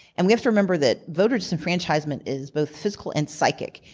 and we have to remember that voter disenfranchisement is both physical and psychic.